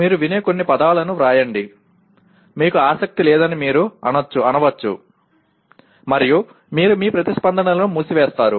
మీరు వినే కొన్ని పదాలను వ్రాయండి మీకు ఆసక్తి లేదని మీరు అనవచ్చు మరియు మీరు మీ ప్రతిస్పందనలను మూసివేస్తారు